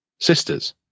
sisters